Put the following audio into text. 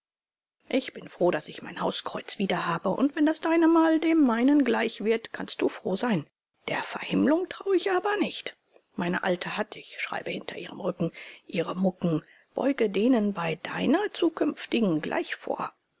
ich bin froh daß ich mein hauskreuz wieder habe und wenn das deine mal dem meinen gleichen wird kannst du froh sein der verhimmelung traue ich aber nicht recht meine alte hat ich schreibe hinter ihrem rücken ihre mucken beuge denen bei deiner zukünftigen gleich vor